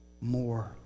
more